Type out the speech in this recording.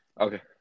Okay